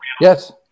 Yes